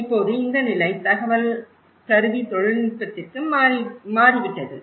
இப்போது இந்த நிலை தகவல் கருவி தொழில்நுட்பத்திற்கு மாறிவிட்டது